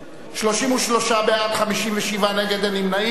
33 בעד, 57 נגד, אין נמנעים.